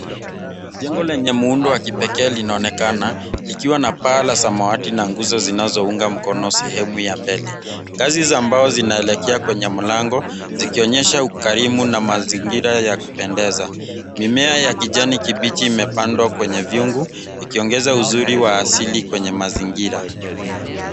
Jengo lenye muundo wa kipekee linaonekana likiwa na paa la samawati na nguzo zinazounga mkono sehemu ya mbele. Ngazi za mbao zinaelekea kwenye mlango zikionyesha ukarimu na mazingira ya kupendeza. Mimea ya kijani kibichi imepandwa kwenye vyungu ikiongeza uzuri wa asili kwenye mazingira.